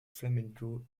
flamenco